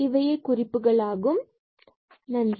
இவையே குறிப்புகளாகும் நன்றி